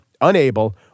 Unable